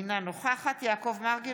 אינה נוכחת יעקב מרגי,